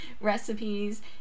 recipes